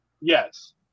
Yes